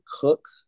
cook